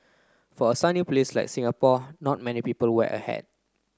for a sunny place like Singapore not many people wear a hat